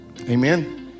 amen